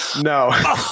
No